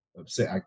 upset